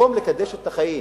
במקום לקדש את החיים.